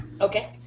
okay